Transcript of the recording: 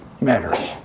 matters